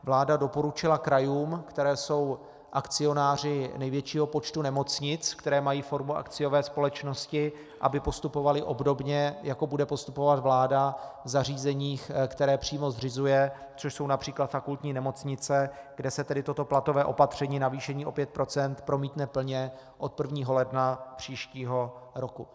Vláda doporučila krajům, které jsou akcionáři největšího počtu nemocnic, které mají formu akciové společnosti, aby postupovaly obdobně, jak bude postupovat vláda v zařízeních, která přímo zřizuje, což jsou například fakultní nemocnice, kde se tedy toto platové opatření, navýšení o 5 %, promítne plně od 1. ledna příštího roku.